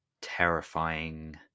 terrifying